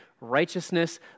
righteousness